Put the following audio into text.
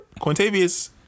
Quintavious